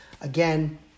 again